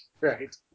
Right